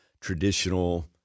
traditional